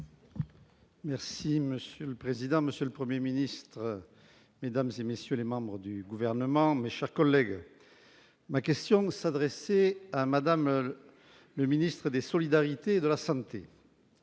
et Social Européen. Monsieur le Premier ministre, mesdames, messieurs les membres du Gouvernement, mes chers collègues, ma question s'adressait à Mme la ministre des solidarités et de la santé.